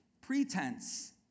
Pretense